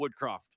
Woodcroft